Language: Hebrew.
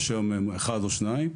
היום יש אחד או שניים,